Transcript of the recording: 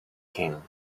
king